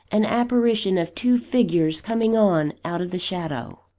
an apparition of two figures coming on out of the shadow